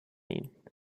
ihn